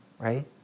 Right